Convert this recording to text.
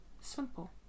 simple